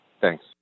Thanks